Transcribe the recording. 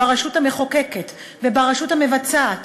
ברשות המחוקקת וברשות המבצעת.